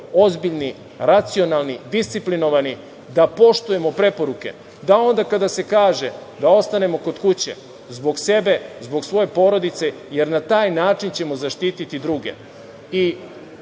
ozbiljni, racionalni, disciplinovani, da poštujemo preporuke, da onda kada se kaže da ostanemo kod kuće zbog sebe, zbog svoje porodice, jer na taj način ćemo zaštititi druge.